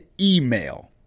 email